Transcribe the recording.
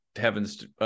heavens